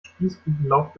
spießrutenlauf